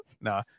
No